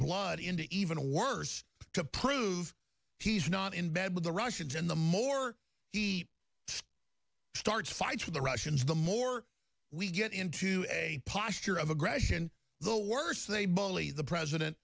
blood into even worse to prove he's not in bed with the russians and the more he starts fights with the russians the more we get into a posture of aggression the worse they bully the president